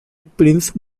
prince